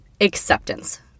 acceptance